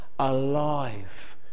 Alive